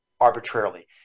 arbitrarily